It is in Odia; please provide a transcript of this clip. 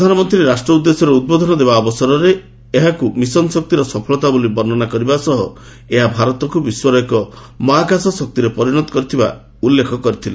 ପ୍ରଧାନମନ୍ତ୍ରୀ ରାଷ୍ଟ୍ର ଉଦ୍ଦେଶ୍ୟରେ ଉଦ୍ବୋଧନ ଦେବା ଅବସରରେ ଏହାକୁ ମିଶନ୍ ଶକ୍ତିର ସଫଳତା ବୋଲି ବର୍ଷନା କରିବା ସହ ଏହା ଭାରତକୁ ବିଶ୍ୱର ଏକ ମହାକାଶ ଶକ୍ତିରେ ପରିଣତ କରିଥିବା କଥା ଉଲ୍ଲେଖ କରିଥିଲେ